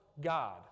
God